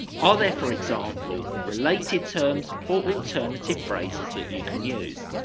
are there for example related terms or alternative phrases that you can use?